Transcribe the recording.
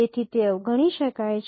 તેથી તે અવગણી શકાય છે